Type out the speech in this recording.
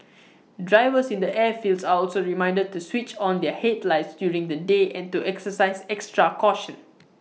drivers in the airfields are also reminded to switch on their headlights during the day and to exercise extra caution